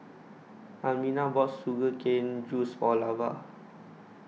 Almina bought Sugar Cane Juice For Lavar